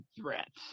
threats